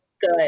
good